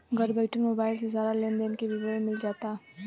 घर बइठल मोबाइल से सारा लेन देन के विवरण मिल जाता